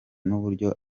n’uburyo